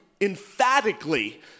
emphatically